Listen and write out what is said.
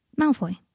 Malfoy